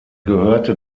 gehörte